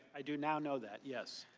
i do now know that, yes.